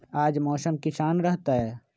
आज मौसम किसान रहतै?